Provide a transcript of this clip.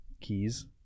Keys